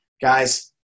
guys